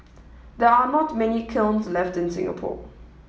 there are not many kilns left in Singapore